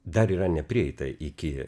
dar yra neprieita iki